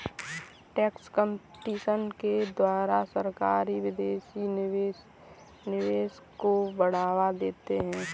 tax competition के द्वारा सरकारी विदेशी निवेश को बढ़ावा देती है